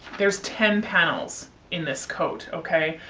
there's ten panels in this coat, okay.